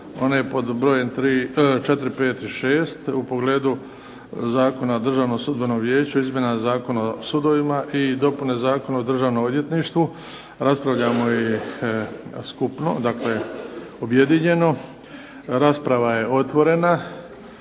one pod brojem 4., 5. i 6. u pogledu Zakona o Državnom sudbenom vijeću, izmjena Zakona o sudovima i dopune Zakona o Državnom odvjetništvu. Raspravljamo ih skupno, dakle objedinjeno. Rasprava je otvorena